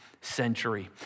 century